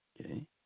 okay